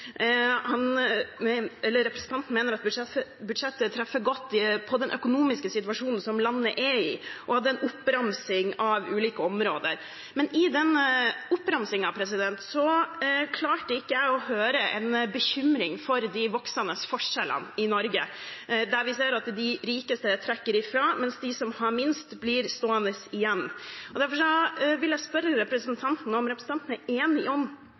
han mener at budsjettet treffer godt. Representanten mener at budsjettet treffer godt på den økonomiske situasjonen som landet er i, og hadde en oppramsing av ulike områder. Men i den oppramsingen klarte jeg ikke å høre en bekymring for de voksende forskjellene i Norge, der vi ser at de rikeste trekker ifra, mens de som har minst, blir stående igjen. Derfor vil jeg spørre representanten om han er enig